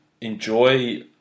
enjoy